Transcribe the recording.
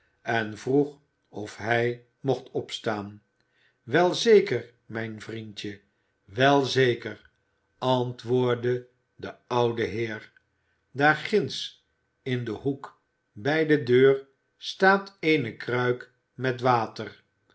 en vroeg of hij mocht opstaan wel zeker mijn vriendje wel zeker antwoordde de oude heer daar ginds in den hoek bij de deur staat eene kruik met water